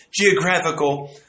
geographical